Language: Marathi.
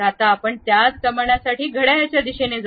आता आपण त्याच कमानासाठी घड्याळाच्या दिशेने जाऊ